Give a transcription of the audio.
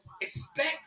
expect